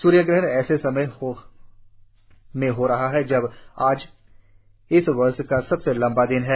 सूर्यग्रहण ऐसे समय में हो रहा है जब आज इस वर्ष का सबसे लम्बा दिन है